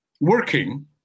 working